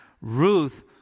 Ruth